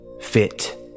fit